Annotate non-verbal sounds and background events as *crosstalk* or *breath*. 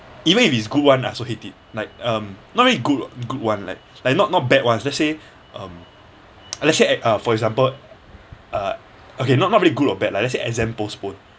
even if it's good one I also hate it like um not really good good one like *breath* like not not bad ones let's say um let's say um for example uh okay not not really good or bad like let's say exam postponed